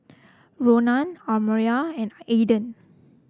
Ronan Almyra and Aidan